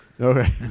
Okay